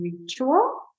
ritual